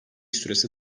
süresi